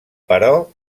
però